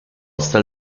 hasta